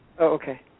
okay